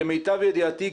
למיטב ידיעתי,